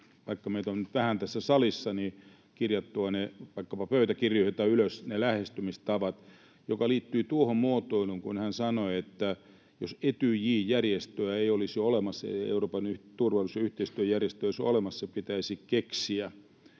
vaikka meitä on nyt vähän tässä salissa, kirjattua vaikkapa pöytäkirjoihin tai ylös ne lähestymistavat, jotka liittyvät tuohon muotoiluun, kun hän sanoi, että jos Etyj-järjestöä, Euroopan turvallisuus- ja yhteistyöjärjestöä, ei olisi olemassa, se pitäisi keksiä.